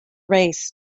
race